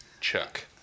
chuck